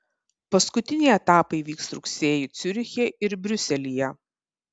paskutiniai etapai vyks rugsėjį ciuriche ir briuselyje